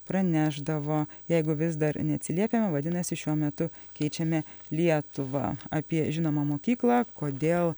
pranešdavo jeigu vis dar neatsiliepiama vadinasi šiuo metu keičiame lietuvą apie žinomą mokyklą kodėl